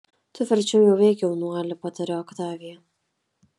tu verčiau jau eik jaunuoli patarė oktavija